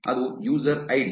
ಅದು user ID